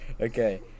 Okay